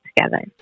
together